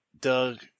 Doug